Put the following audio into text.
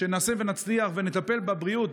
שנעשה ונצליח ונטפל בבריאות,